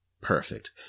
perfect